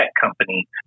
company